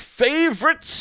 favorite